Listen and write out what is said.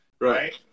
right